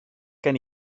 gen